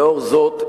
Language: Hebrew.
לאור זאת,